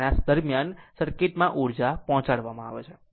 અને આ દરમિયાન સર્કિટમાં ઉર્જા પહોંચાડવામાં આવે છે